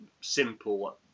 simple